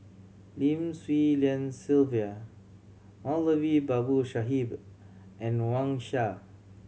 Lim Swee Lian Sylvia Moulavi Babu Sahib and Wang Sha